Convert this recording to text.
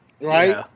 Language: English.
right